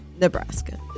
Nebraska